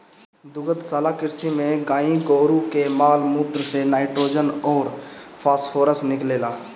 दुग्धशाला कृषि में गाई गोरु के माल मूत्र से नाइट्रोजन अउर फॉस्फोरस निकलेला